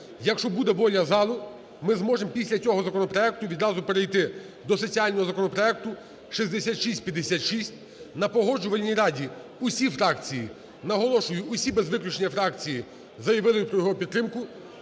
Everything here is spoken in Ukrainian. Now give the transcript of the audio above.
Якщо буде воля залу, ми зможемо після цього законопроекту відразу перейти до соціального законопроекту 6656. На Погоджувальній раді всі фракції, наголошую всі без виключення фракції, заявили про його підтримку